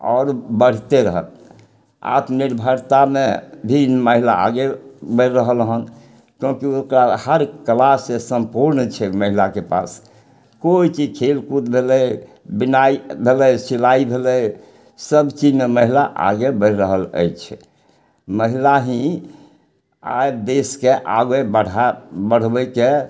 आओर बढ़िते रहत आत्मनिर्भरतामे भी महिला आगे बढ़ि रहल हन किएककि ओकरा हर सवालसँ सम्पूर्ण छै महिलाके पास कोइ भी खेलकूद भेलय बिनाय भेलय सिलाइ भेलय सब चीजमे महिला आगे बढ़ि रहल अछि महिला ही आइ देशके आगे बढा बढ़बयके